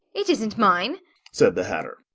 it isn't mine said the hatter.